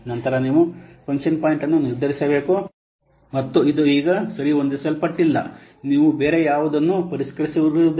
ನಂತರ ನೀವು function point ಅನ್ನು ನಿರ್ಧರಿಸಬೇಕು ಮತ್ತು ಇದು ಈಗ ಸರಿಹೊಂದಿಸಲ್ಪಟ್ಟಿಲ್ಲ ನೀವು ಬೇರೆ ಯಾವುದನ್ನೂ ಪರಿಷ್ಕರಿಸಿರುವುದಿಲ್ಲ